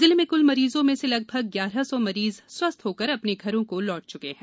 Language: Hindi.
जिले में कुल मरीजों में से लगभग ग्यारह सौ मरीज स्वस्थ होकर अपने घरों को लौट चुके हैं